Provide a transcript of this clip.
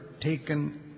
taken